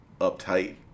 uptight